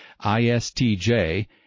ISTJ